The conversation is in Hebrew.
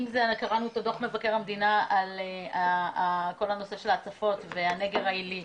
אם קראנו את דו"ח מבקר המדינה על כל הנושא של ההצפות והנגר העילי.